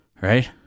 Right